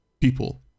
people